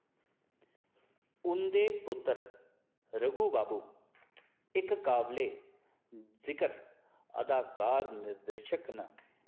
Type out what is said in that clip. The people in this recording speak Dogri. उं'दे पुत्तर रघु बाबू इक काबले जिकर अदाकार निर्देशक न